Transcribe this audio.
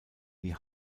die